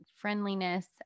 friendliness